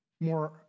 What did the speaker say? more